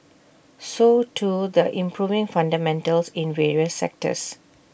so too the improving fundamentals in various sectors